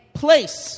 place